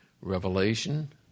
revelation